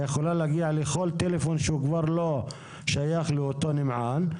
שיכולה להגיע לכל טלפון שהוא כבר לא שייך לאותו נמען,